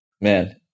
man